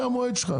(הצגת מצגת)